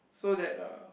so that uh